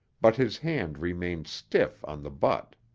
but his hand remained stiff on the butt.